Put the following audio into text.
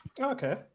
Okay